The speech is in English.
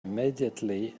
immediately